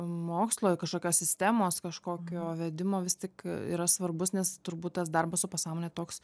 mokslo kažkokios sistemos kažkokio vedimo vis tik yra svarbus nes turbūt tas darbas su pasąmone toks